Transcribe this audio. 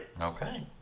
Okay